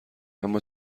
اما